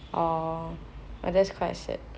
orh but that's quite sad